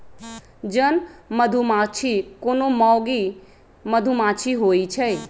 जन मधूमाछि कोनो मौगि मधुमाछि होइ छइ